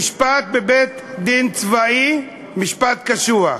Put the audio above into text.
נשפט בבית-דין צבאי משפט קשוח.